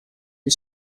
who